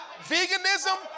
Veganism